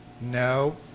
No